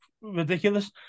Ridiculous